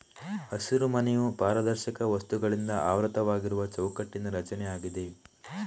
ಹಸಿರುಮನೆಯು ಪಾರದರ್ಶಕ ವಸ್ತುಗಳಿಂದ ಆವೃತವಾಗಿರುವ ಚೌಕಟ್ಟಿನ ರಚನೆಯಾಗಿದೆ